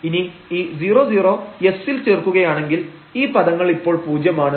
ഇനി ഈ 00 s ൽ ചേർക്കുകയാണെങ്കിൽ ഈ പദങ്ങൾ ഇപ്പോൾ പൂജ്യമാണ്